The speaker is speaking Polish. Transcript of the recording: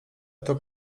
tak